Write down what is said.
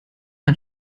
ein